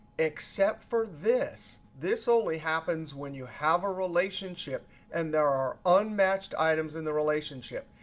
except for this. this only happens when you have a relationship and there are unmatched items in the relationship.